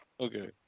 Okay